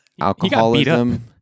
alcoholism